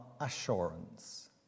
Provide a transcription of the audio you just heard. assurance